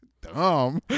dumb